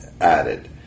added